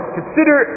consider